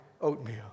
oatmeal